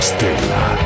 Stella